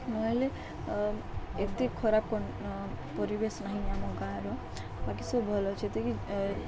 ନହେଲେ ଏତେ ଖରାପ ପରିବେଶ ନାହିଁ ଆମ ଗାଁର ବାକି ସବୁ ଭଲ ଯେତିକି